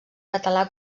català